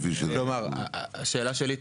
השאלה שלי,